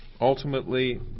ultimately